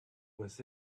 was